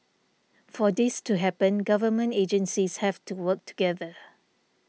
for this to happen government agencies have to work together